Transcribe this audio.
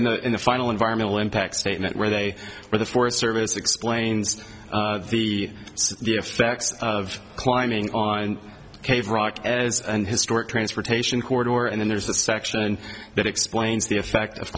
in the in the final environmental impact statement where they are the forest service explains the effects of climbing on cave rock as an historic transportation cord or and then there's the section that explains the effect of